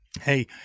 hey